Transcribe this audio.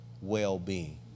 well-being